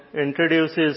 introduces